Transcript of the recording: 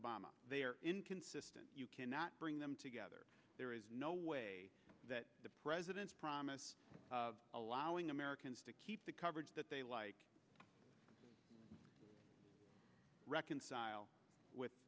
obama they are inconsistent you cannot bring them together there is no way that the president's promise allowing americans to keep the coverage that they like reconcile with